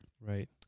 Right